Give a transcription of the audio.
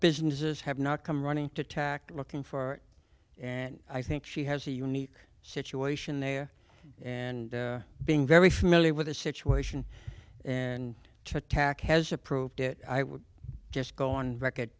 business have not come running to tact looking for and i think she has a unique situation there and being very familiar with the situation and to attack has approved it i would just go on record